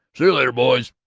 see you later, boys,